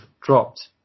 dropped